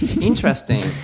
Interesting